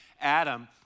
Adam